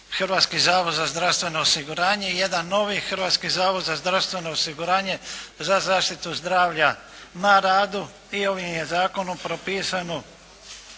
Hrvatski zavod za zdravstveno osiguranje i jedan novi Hrvatski zavod za zdravstveno osiguranje za zaštitu zdravlja na radu i ovim je zakonom propisano